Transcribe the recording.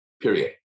Period